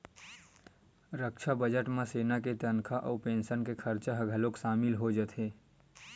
रक्छा बजट म सेना के तनखा अउ पेंसन के खरचा ह घलोक सामिल हो जाथे